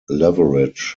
leverage